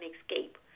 escape